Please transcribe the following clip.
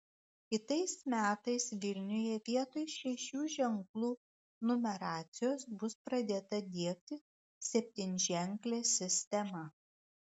kitais metais vilniuje vietoj šešių ženklų numeracijos bus pradėta diegti septynženklė sistema